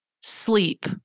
sleep